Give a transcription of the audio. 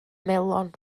melon